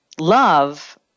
Love